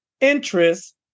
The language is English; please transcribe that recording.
interest